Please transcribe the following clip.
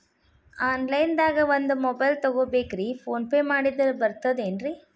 Online ದಾಗ ಒಂದ್ mobile ತಗೋಬೇಕ್ರಿ ಫೋನ್ ಪೇ ಮಾಡಿದ್ರ ಬರ್ತಾದೇನ್ರಿ?